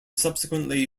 subsequently